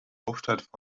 hauptstadt